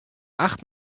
acht